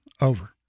over